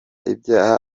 ibyaha